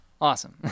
Awesome